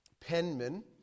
penman